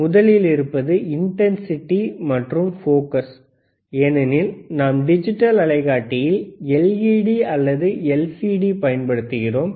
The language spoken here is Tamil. எனவே முதலில் இருப்பது இன்டன்சிடி மற்றும் போகஸ் ஏனெனில் நாம் டிஜிட்டல் அலைக்காட்டியில் எல்சிடி அல்லது எல்இடிஐ பயன்படுத்துகிறோம்